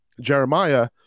Jeremiah